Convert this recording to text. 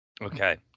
okay